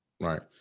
right